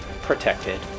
protected